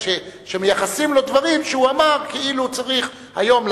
שמייחסים לו דברים שהוא אמר כאילו צריך היום,